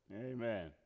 amen